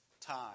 time